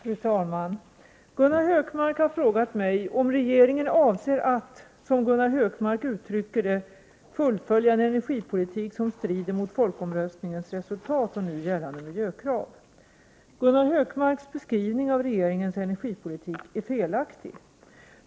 Fru talman! Gunnar Hökmark har frågat mig om regeringen avser att, som Gunnar Hökmark uttrycker det, ”fullfölja en energipolitik som strider mot folkomröstningens resultat och nu gällande miljökrav”. Gunnar Hökmarks beskrivning av regeringens energipolitik är felaktig.